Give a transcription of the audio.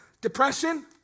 depression